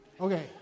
Okay